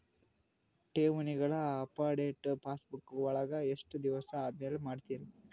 ಠೇವಣಿಗಳ update passbook ವಳಗ ಎಷ್ಟ ದಿವಸ ಆದಮೇಲೆ ಮಾಡ್ತಿರ್?